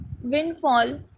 windfall